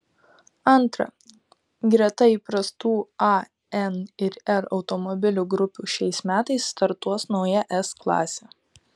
antra greta įprastų a n ir r automobilių grupių šiais metais startuos nauja s klasė